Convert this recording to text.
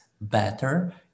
better